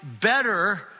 better